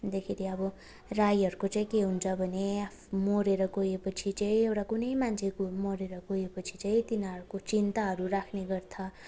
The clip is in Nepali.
अन्तखेरि अब राईहरूको चाहिँ के हुन्छ भने मरेर गएपछि चाहिँ एउटा कुनै मान्छेको मरेर गएपछि चाहिँ तिनीहरूको चिन्ताहरू राख्ने गर्छ